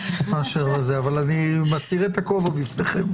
מאשר על זה אבל אני מסיר את הכובע בפניכם.